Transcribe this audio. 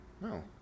No